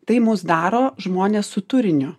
tai mus daro žmones su turiniu